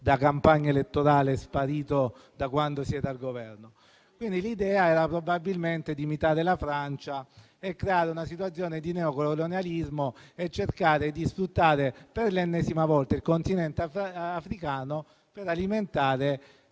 da campagna elettorale è sparito da quando siete al Governo? Probabilmente l'idea era quella di imitare la Francia, creare una situazione di neocolonialismo e cercare di sfruttare per l'ennesima volta il Continente africano per acquisire